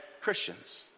Christians